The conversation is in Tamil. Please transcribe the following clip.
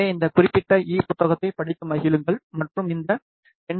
எனவே இந்த குறிப்பிட்ட E புத்தகத்தைப் படித்து மகிழுங்கள் மற்றும் இந்த என்